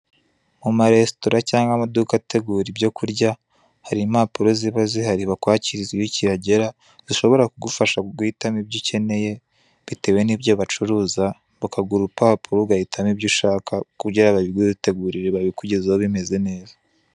Mu maresitora cyangwa amaduka ategura ibyo kurya hari impapuro ziba zihari bakwakiriza iyo ukihagera zishobora kugufasha guhitamo ibyo ukeneye bitewe n'ibyo bacuruza bakaguha urupapuro ugahitamo ibyo ushaka kugira babigutegurire babikugezaho bimeze neza.